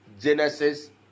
Genesis